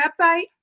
website